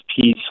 Peace